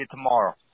Tomorrow